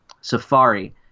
Safari